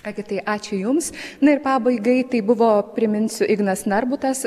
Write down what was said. ką gi tai ačiū jums na ir pabaigai tai buvo priminsiu ignas narbutas